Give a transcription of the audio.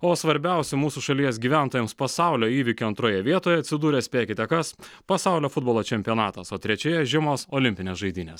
o svarbiausių mūsų šalies gyventojams pasaulio įvykių antroje vietoje atsidūrė spėkite kas pasaulio futbolo čempionatas o trečioje žiemos olimpinės žaidynės